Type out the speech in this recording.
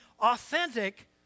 authentic